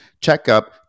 checkup